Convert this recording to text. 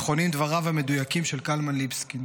נכונים דבריו המדויקים של קלמן ליבסקינד: